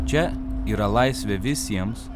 čia yra laisvė visiems